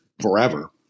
forever